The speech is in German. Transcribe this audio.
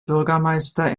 bürgermeister